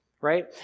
right